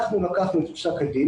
אנחנו לקחנו את פסק הדין,